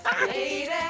lady